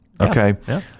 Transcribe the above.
Okay